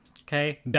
Okay